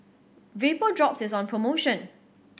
Vapodrops is on promotion